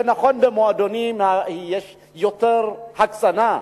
זה נכון שבמועדונים יש יותר הקצנה,